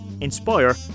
inspire